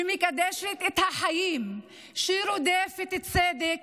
שמקדשת את החיים, רודפת צדק,